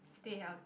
stay healthy